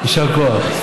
יישר כוח.